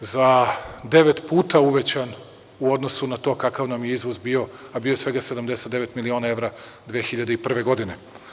za devet puta uvećan u odnosu na to kakav nam je izvoz bio, a bio je svega 79.000.000 evra 2001. godine.